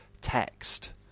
text